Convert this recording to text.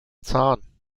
zahn